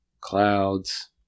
clouds